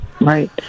Right